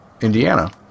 Indiana